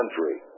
country